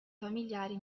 familiari